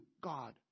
God